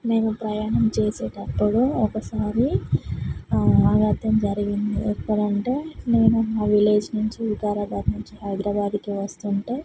నేను ప్రయాణం చేసేటప్పుడు ఒకసారి అనర్ధం జరిగింది ఎప్పుడంటే నేను మా విలేజ్ నుంచి వికారాబాద్ నుంచి హైదరాబాద్కి వస్తుంటే